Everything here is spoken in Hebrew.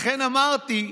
ולכן אמרתי,